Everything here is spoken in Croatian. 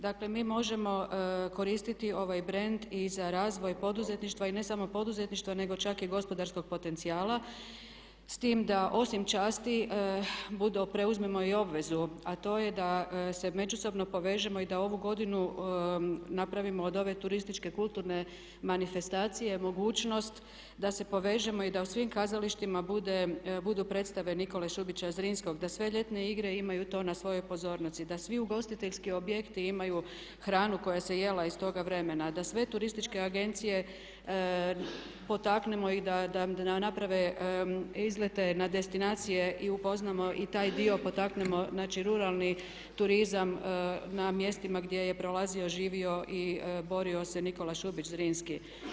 Dakle, mi možemo koristiti ovaj brend i za razvoj poduzetništva i ne samo poduzetništva nego čak i gospodarskog potencijala s tim da osim časti preuzmemo i obvezu a to je da se međusobno povežemo i da ovu godinu napravimo od ove turističke kulturne manifestacije mogućnost da se povežemo i da u svim kazalištima budu predstave Nikole Šubića Zrinskog, da sve ljetne igre imaju to na svojoj pozornici, da svi ugostiteljski objekti imaju hranu koja se jela iz toga vremena, da sve turističke agencije potaknemo i da naprave izlete na destinacije i upoznamo i taj dio, potaknemo znači ruralni turizam na mjestima gdje je prolazio, živio i borio se Nikola Šubić Zrinski.